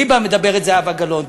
ליבה, מדברת זהבה גלאון.